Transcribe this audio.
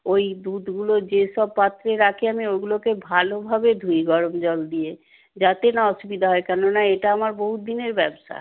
ওই দুধগুলো যেসব পাত্রে রাখি আমি ওগুলোকে ভালোভাবে ধুই গরম জল দিয়ে যাতে না অসুবিধা হয় কেননা এটা আমার বহুত দিনের ব্যবসা